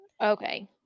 Okay